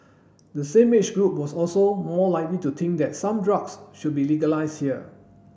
the same age group was also more likely to think that some drugs should be legalised here